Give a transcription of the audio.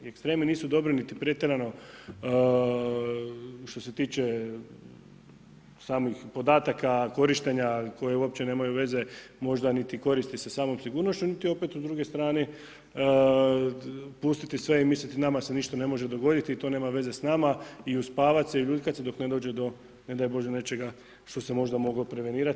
Ekstremi nisu dobri niti pretjerano što se tiče samih podataka korištenja koje uopće nemaju veze, možda niti koristi sa samom sigurnošću, niti opet u drugoj strani pustiti sve i misliti nama se ništa ne može dogoditi i to nema veze s nama i uspavat se i uljuljkat se dok ne dođe do ne daj Bože nečega što se možda moglo prevenirat.